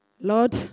Lord